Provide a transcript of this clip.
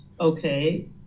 Okay